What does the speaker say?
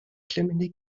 klemmende